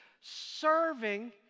Serving